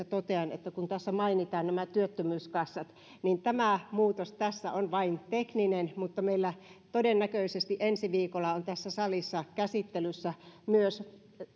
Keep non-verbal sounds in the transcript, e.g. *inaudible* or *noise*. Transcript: *unintelligible* totean että kun tässä mainitaan nämä työttömyyskassat niin tämä muutos tässä on vain tekninen mutta meillä todennäköisesti ensi viikolla on tässä salissa käsittelyssä myös